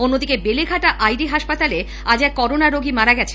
অন্যদিকে বেলেঘাটা হাসপাতালে আজ এক করোনা রোগী মারা গেছেন